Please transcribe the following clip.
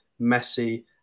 Messi